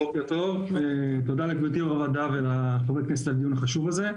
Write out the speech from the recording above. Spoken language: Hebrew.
בוקר טוב ותודה לגברתי יו"ר הוועדה ולחברי הכנסת על הדיון החשוב הזה.